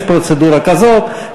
יש פרוצדורה כזאת.